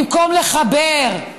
במקום לחבר.